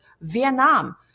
Vietnam